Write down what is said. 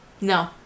No